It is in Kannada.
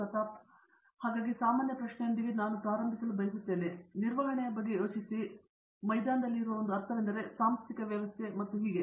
ಪ್ರತಾಪ್ ಹರಿಡೋಸ್ ಹಾಗಾಗಿ ಸಾಮಾನ್ಯ ಪ್ರಶ್ನೆಯೊಂದಿಗೆ ನಾವು ಪ್ರಾರಂಭಿಸಲು ಬಯಸುತ್ತೇವೆ ನಾನು ನಿರ್ವಹಣೆಯ ಬಗ್ಗೆ ಯೋಚಿಸಿ ಮೈದಾನದಲ್ಲಿ ಇರುವ ಒಂದು ಅರ್ಥವೆಂದರೆ ಸಾಂಸ್ಥಿಕ ವ್ಯವಸ್ಥೆಯಲ್ಲಿ ಮತ್ತು ಹೀಗೆ